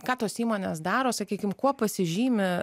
ką tos įmonės daro sakykim kuo pasižymi